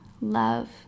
love